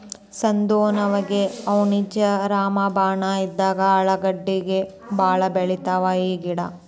ಸಂದನೋವುಗೆ ಔಡ್ಲೇಣ್ಣಿ ರಾಮಬಾಣ ಇದ್ದಂಗ ಹಳ್ಳದಂಡ್ಡಿಗೆ ಬಾಳ ಬೆಳಿತಾವ ಈ ಗಿಡಾ